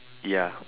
ya